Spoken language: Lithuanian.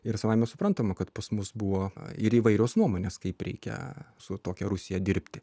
ir savaime suprantama kad pas mus buvo ir įvairios nuomonės kaip reikia su tokia rusija dirbti